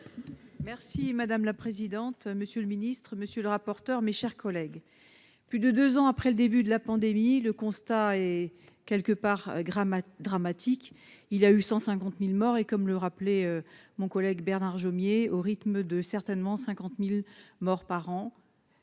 Merci madame la présidente, monsieur le ministre, monsieur le rapporteur, mes chers collègues, plus de 2 ans après le début de la pandémie, le constat est quelque part Gramat dramatique, il y a eu 150000 morts et comme le rappelait mon collègue Bernard Jomier au rythme de certainement 50000 morts par an.